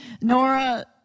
Nora